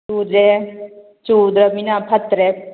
ꯆꯨꯗ꯭ꯔꯦ ꯆꯨꯗ꯭ꯔꯕꯅꯤꯅ ꯐꯠꯇ꯭ꯔꯦ